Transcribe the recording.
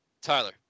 Tyler